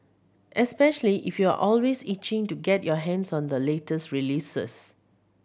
especially if you're always itching to get your hands on the latest releases